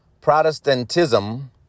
Protestantism